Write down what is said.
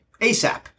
ASAP